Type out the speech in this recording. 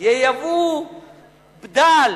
ייבאו בדל